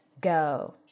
go